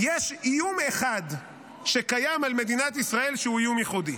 יש איום אחד שקיים על מדינת ישראל שהוא איום ייחודי,